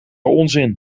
onzin